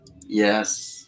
Yes